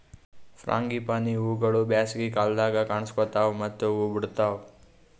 frangipani ಹೂವುಗೊಳ್ ಬ್ಯಾಸಗಿ ಕಾಲದಾಗ್ ಕನುಸ್ಕೋತಾವ್ ಮತ್ತ ಹೂ ಬಿಡ್ತಾವ್